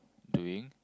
doing